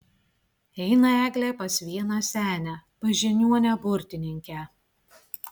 eina eglė pas vieną senę pas žiniuonę burtininkę